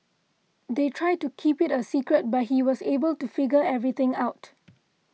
they tried to keep it a secret but he was able to figure everything out